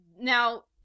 Now